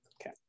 Okay